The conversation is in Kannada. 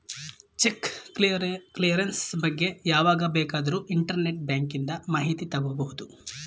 ಚೆಕ್ ಕ್ಲಿಯರೆನ್ಸ್ ಬಗ್ಗೆ ಯಾವಾಗ ಬೇಕಾದರೂ ಇಂಟರ್ನೆಟ್ ಬ್ಯಾಂಕಿಂದ ಮಾಹಿತಿ ತಗೋಬಹುದು